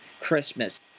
Christmas